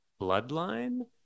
bloodline